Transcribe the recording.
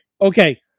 okay